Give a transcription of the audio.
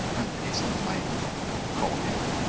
and paste into my column header.